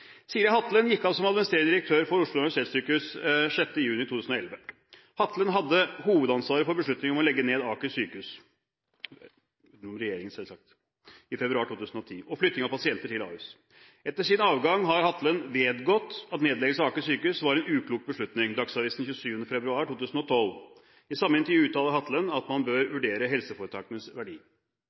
Siri Hatlen gikk av som administrerende direktør for Oslo universitetssykehus 6. juni 2011. Hatlen hadde hovedansvaret for beslutningen i februar 2010 om å legge ned Aker sykehus – utenom regjeringen, selvsagt – og flytting av pasienter til Ahus. Etter sin avgang har Hatlen vedgått at nedleggelse av Aker sykehus var en uklok beslutning, jf. Dagsavisen 27. februar 2012. I samme intervju uttaler Hatlen at man bør vurdere helseforetakenes verdi.